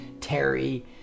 Terry